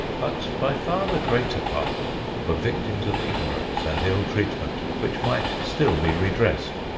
but by far the greater part were victims of ignorance and ill-treatment which might still be redressed.